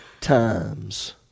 times